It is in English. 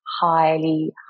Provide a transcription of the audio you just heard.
highly